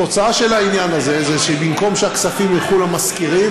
התוצאה של העניין הזה היא שבמקום שהכספים ילכו למשכירים,